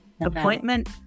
appointment